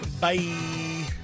Bye